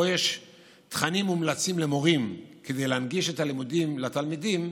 שבו יש תכנים מומלצים למורים כדי להנגיש את הלימודים לתלמידים,